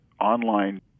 online